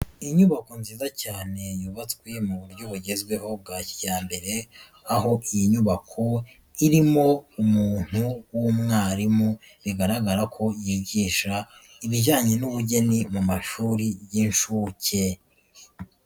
Inyubako nziza cyane yubatswe mu buryo bugezweho bwa kijyambere, aho iyi nyubako irimo umuntu w'umwarimu bigaragara ko yigisha ibijyanye n'ubugeni mu mashuri y'inshuke.